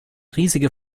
riesige